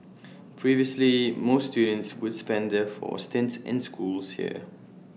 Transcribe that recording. previously most students would spend their four stints in schools here